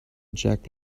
jack